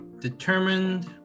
determined